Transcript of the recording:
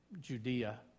Judea